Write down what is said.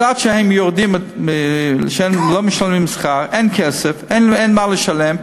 אז עד שהם לא משלמים שכר, אין כסף, אין מה לשלם.